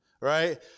right